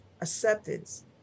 acceptance